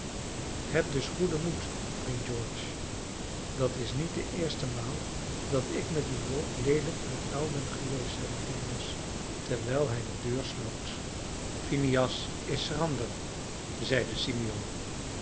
heb dus goeden moed vriend george dat is niet de eerste maal dat ik met uw volk leelijk in het nauw ben geweest zeide phineas terwijl hij de deur sloot phineas is schrander zeide simeon